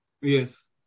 Yes